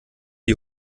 die